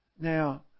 Now